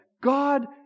God